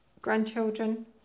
grandchildren